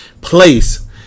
place